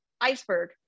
iceberg